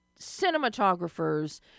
cinematographers